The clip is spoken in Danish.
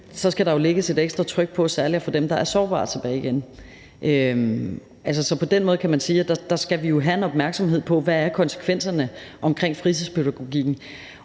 så skal der jo lægges et ekstra tryk på særlig at få dem, der er sårbare, tilbage igen. Så på den måde kan man sige, at vi jo skal have en opmærksomhed på, hvad konsekvenserne omkring fritidspædagogikken